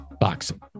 boxing